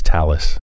Tallis